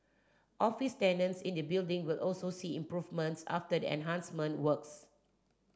office tenants in the building will also see improvements after the enhancement works